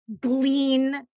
glean